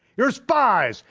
you're spies,